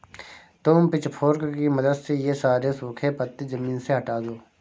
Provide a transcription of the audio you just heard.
तुम पिचफोर्क की मदद से ये सारे सूखे पत्ते ज़मीन से हटा दो